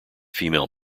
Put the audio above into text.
female